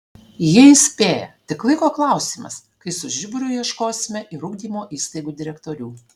jie įspėja tik laiko klausimas kai su žiburiu ieškosime ir ugdymo įstaigų direktorių